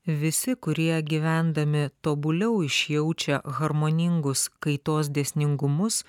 visi kurie gyvendami tobuliau išjaučia harmoningus kaitos dėsningumus